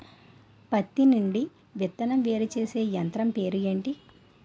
పత్తి నుండి విత్తనం వేరుచేసే యంత్రం పేరు ఏంటి